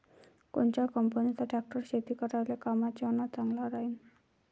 कोनच्या कंपनीचा ट्रॅक्टर शेती करायले कामाचे अन चांगला राहीनं?